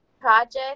project